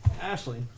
Ashley